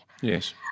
yes